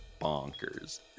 Bonkers